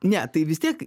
ne tai vis tiek